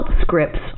scripts